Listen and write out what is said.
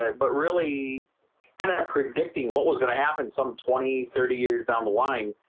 um but really kind of predicting what was gonna happen some twenty thirty years down the line.